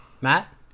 Matt